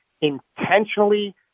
intentionally